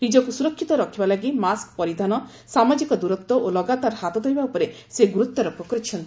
ନିଜକୁ ସୁରକ୍ଷିତ ରଖିବା ଲାଗି ମାସ୍କ ପରିଧାନସାମାଜିକ ଦୂରତ୍ୱ ଓ ଲଗାତାର ହାତଧୋଇବା ଉପରେ ସେ ଗୁରୁଡ୍ୱାରୋପ କରିଛନ୍ତି